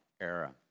era